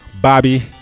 Bobby